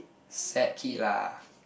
sad kid lah